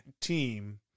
team